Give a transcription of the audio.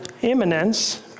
Imminence